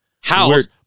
house